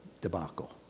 debacle